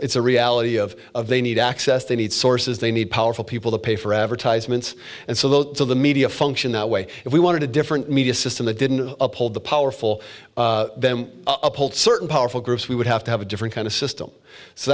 it's a reality of they need access they need sources they need powerful people to pay for advertisements and so the media function that way if we wanted a different media system they didn't uphold the powerful certain powerful groups we would have to have a different kind of system so